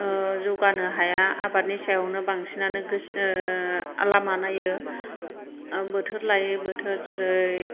जौगानो हाया आबादनि सायावनो बांसिनानो लामा नायो बोथोर लायै बोथोर जरै